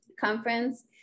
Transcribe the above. conference